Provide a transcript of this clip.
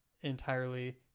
entirely